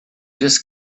just